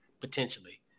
potentially